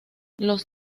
los